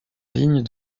ligne